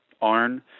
Arn